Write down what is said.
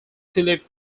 philip